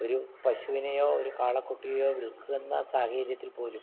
ഒരു പശുവിനെയോ ഒരു കാളക്കുട്ടിയെയോ വിൽക്കുന്ന സാഹചര്യത്തിൽ പോലും